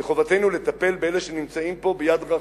וחובתנו לטפל באלה שנמצאים פה ביד רחמנית.